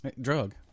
drug